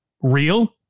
real